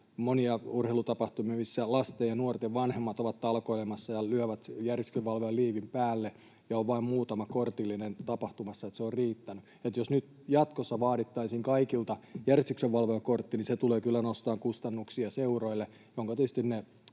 monia urheilutapahtumia, missä lasten ja nuorten vanhemmat ovat talkoilemassa ja lyövät järjestyksenvalvojan liivin päälle ja on vain muutama kortillinen tapahtumassa, niin se on riittänyt. Jos nyt jatkossa vaadittaisiin kaikilta järjestyksenvalvojakortti, niin se tulee kyllä nostamaan kustannuksia seuroille — jotka tietysti ne